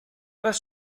was